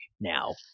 now